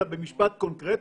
אלא במשפטי קונקרטי.